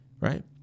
Right